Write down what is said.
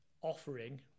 offering